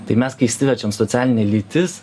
tai mes kai išsiverčiam socialinė lytis